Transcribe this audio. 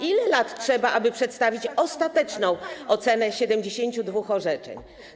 Ile lat trzeba, aby przedstawić ostateczną ocenę 72 orzeczeń?